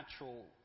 natural